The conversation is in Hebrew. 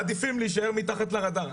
מעדיפים להישאר מתחת לרדאר.